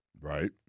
Right